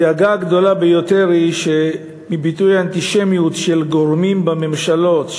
הדאגה הגדולה ביותר היא ביטוי האנטישמיות של גורמים בממשלות,